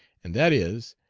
and that is,